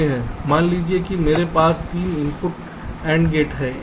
मान लीजिए मेरे पास एक 3 इनपुट AND गेट है